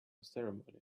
ceremony